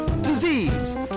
disease